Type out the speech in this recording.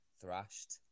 thrashed